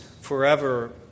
forever